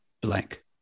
blank